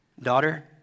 Daughter